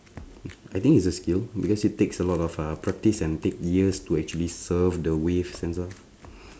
I think it's a skill because it takes a lot of uh practice and take years to actually surf the waves and stuff